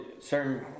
certain